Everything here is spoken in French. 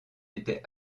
était